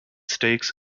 stakes